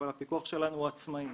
אבל הפיקוח שלנו הוא עצמאי.